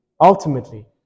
ultimately